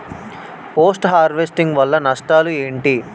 Post harvesting వల్ల నష్టాలు ఏంటి?